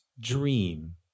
dream